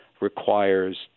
requires